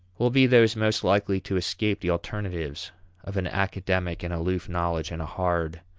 will be those most likely to escape the alternatives of an academic and aloof knowledge and a hard,